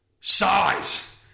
size